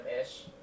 ish